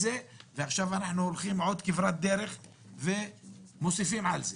ועכשיו אנחנו הולכים עוד כברת דרך ומוסיפים על זה.